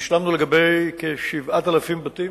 השלמנו לגבי כ-7,000 בתים.